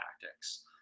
tactics